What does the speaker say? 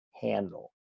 handle